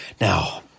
Now